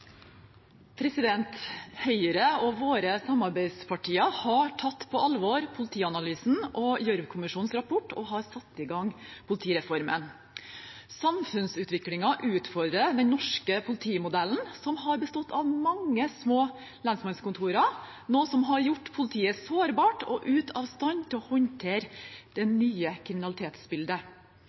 Høyre og våre samarbeidspartier har tatt på alvor politianalysen og Gjørv-kommisjonens rapport og har satt i gang politireformen. Samfunnsutviklingen utfordrer den norske politimodellen, som har bestått av mange små lensmannskontorer, noe som har gjort politiet sårbart og ute av stand til å håndtere det nye kriminalitetsbildet.